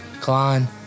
Klein